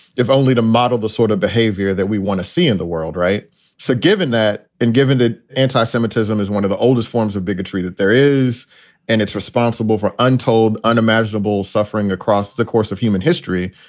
if only to model the sort of behavior that we want to see in the world. right so given that and given the anti-semitism is one of the oldest forms of bigotry that there is and it's responsible for untold unimaginable suffering across the course of human history,